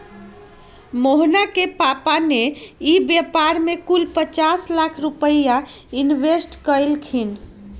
मोहना के पापा ने ई व्यापार में कुल पचास लाख रुपईया इन्वेस्ट कइल खिन